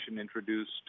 introduced